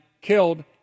killed